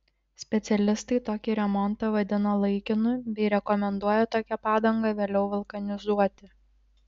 specialistai tokį remontą vadina laikinu bei rekomenduoja tokią padangą vėliau vulkanizuoti